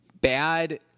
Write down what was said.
bad